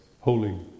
holy